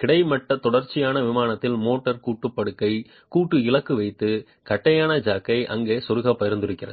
கிடைமட்ட தொடர்ச்சியான விமானத்தில் மோட்டார் கூட்டு படுக்கை கூட்டு இலக்கு வைத்து தட்டையான ஜாக்யை அங்கே செருக பரிந்துரைக்கப்படுகிறது